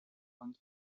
und